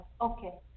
Okay